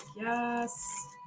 yes